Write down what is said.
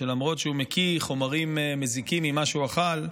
שלמרות שהוא מקיא חומרים מזיקים ממה שהוא אכל,